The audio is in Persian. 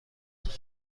دست